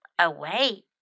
away